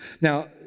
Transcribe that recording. now